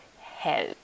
help